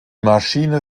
maschine